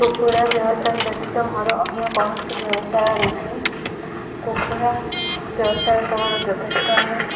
କୁକୁଡ଼ା ବ୍ୟବସାୟ ବ୍ୟତୀତ ମୋର ଅନ୍ୟ କୌଣସି ବ୍ୟବସାୟ ନାହିଁ କୁକୁଡ଼ା ବ୍ୟବସାୟ କେବଳ ଯଥେଷ୍ଟ ନୁହେଁ